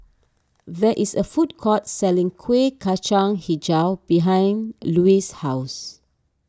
there is a food court selling Kuih Kacang HiJau behind Lois' house